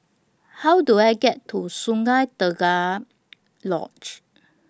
How Do I get to Sungei Tengah Lodge